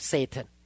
Satan